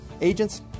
Agents